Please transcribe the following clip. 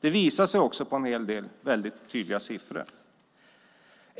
Det visar sig också i en hel del väldigt tydliga siffror.